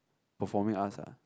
performing arts ah